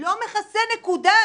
לא מכסה, נקודה.